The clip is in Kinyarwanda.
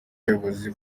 bayobozi